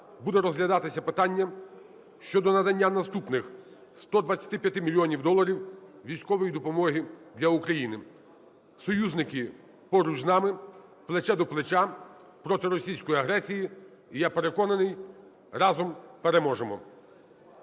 буде розглядатися питання щодо надання наступних 125 мільйонів доларів військової допомоги для України. Союзники поруч з нами плече до плеча проти російської агресії. І я переконаний, разом переможемо.